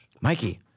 Mikey